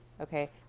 okay